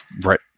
right